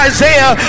Isaiah